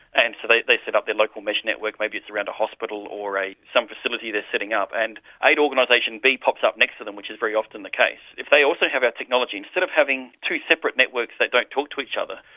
and so they they set up their local mesh network, maybe it's around a hospital or some facility they are setting up, and aid organisation b pops up next to them, which is very often the case, if they also have our technology, instead of having two separate networks that don't talk to each other,